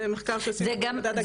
זה מחקר שעשינו במדד הגיוון התעסוקתי.